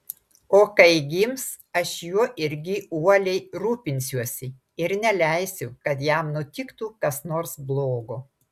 o kai gims aš juo irgi uoliai rūpinsiuosi ir neleisiu kad jam nutiktų kas nors blogo